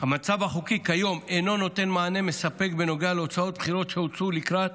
המצב החוקי כיום אינו נותן מענה מספק בנוגע להוצאות בחירות שהוצאו לקראת